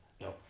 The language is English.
no